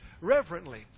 reverently